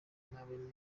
nabo